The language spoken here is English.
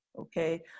okay